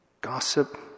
Gossip